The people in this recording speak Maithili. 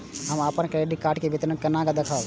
हम अपन क्रेडिट कार्ड के विवरण केना देखब?